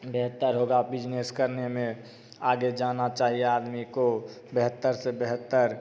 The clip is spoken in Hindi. बेहतर होगा बिज़नेस करने में आगे जाना चाहिए आदमी को बेहतर से बेहतर